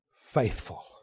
faithful